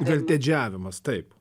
veltėdžiavimas taip